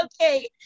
Okay